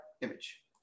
image